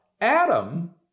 Adam